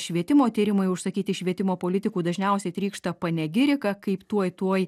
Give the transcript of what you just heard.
švietimo tyrimai užsakyti švietimo politikų dažniausiai trykšta panegirika kaip tuoj tuoj